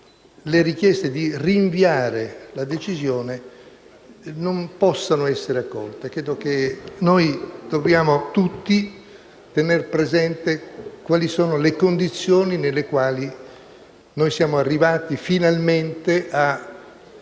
le richieste di rinviare la decisione non possano essere accolte. Credo che noi tutti dobbiamo tener presente quali sono le condizioni nelle quali siamo arrivati finalmente a